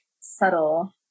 subtle